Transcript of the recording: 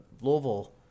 Louisville